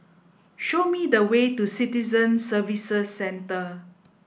show me the way to Citizen Services Centre